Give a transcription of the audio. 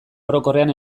orokorrean